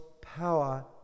power